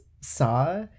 saw